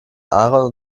aaron